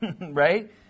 right